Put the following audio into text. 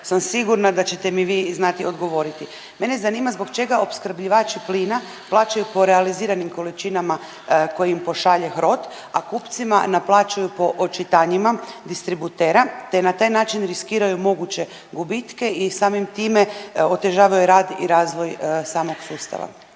sam sigurna da ćete mi vi znati odgovoriti. Mene zanima zbog čega opskrbljivači plina plaćaju po realiziranim količinama koje im pošalje HROT, a kupcima naplaćuju po očitanjima distributera te na taj način riskiraju moguće gubitke i samim time otežavaju rad i razvoj samog sustava?